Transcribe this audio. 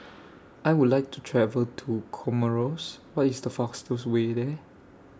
I Would like to travel to Comoros What IS The fastest Way There